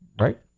right